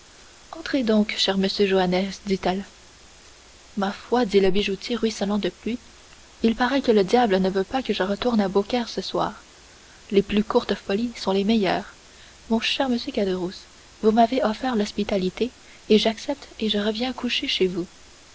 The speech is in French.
entrez donc cher monsieur joannès dit-elle ma foi dit le bijoutier ruisselant de pluie il paraît que le diable ne veut pas que je retourne à beaucaire ce soir les plus courtes folies sont les meilleures mon cher monsieur caderousse vous m'avez offert l'hospitalité je l'accepte et je reviens coucher chez vous